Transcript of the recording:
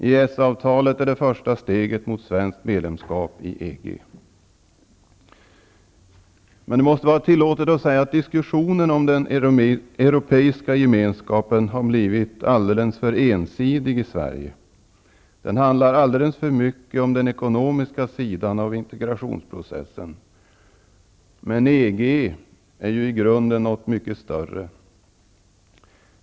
EES-avtalet är det första steget mot svenskt medlemskap i EG. Diskussionen om den europeiska gemenskapen har blivit alltför ensidig i Sverige. Det handlar alldeles för mycket om den ekonomiska sidan av integrationsprocessen. Men EG är i grunden någonting mycket större.